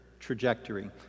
trajectory